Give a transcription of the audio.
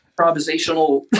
improvisational